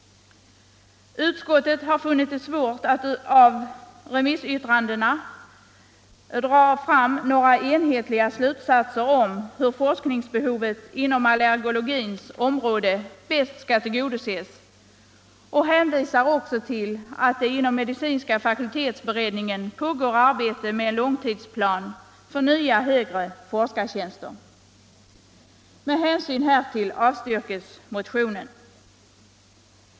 Utskottet har funnit det svårt att ur remissyttrandena dra några enhetliga slutsatser om hur forskningsbehovet inom allergologins område bäst skall tillgodoses och hänvisar även till att det inom medicinska fakultetsberedningen pågår arbete med en långtidsplan för nya högre forskartjänster. Med hänsyn härtill avstyrks motionen.